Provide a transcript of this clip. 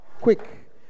quick